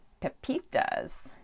pepitas